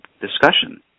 discussion